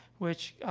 which,